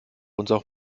unserer